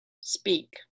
speak